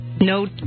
no